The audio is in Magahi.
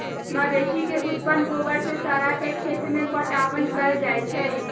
मवेशी से उत्पन्न गोबर के सड़ा के खेत में पटाओन कएल जाइ छइ